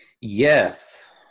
yes